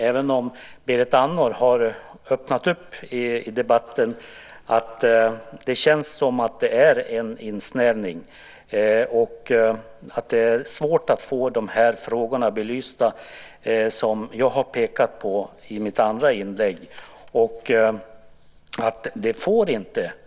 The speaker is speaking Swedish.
Även om Berit Andnor har visat på öppningar i debatten tycker jag att det känns som att det är en insnävning och att det är svårt att få de frågor som jag har pekat på i mitt andra inlägg belysta.